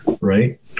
right